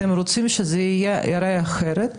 אתם רוצים שזה ייראה אחרת?